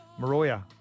Maroya